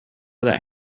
that